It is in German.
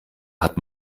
hat